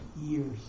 years